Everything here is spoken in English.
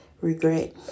regret